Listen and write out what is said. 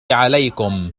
عليكم